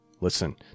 Listen